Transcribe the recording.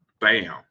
Bam